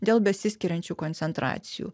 dėl besiskiriančių koncentracijų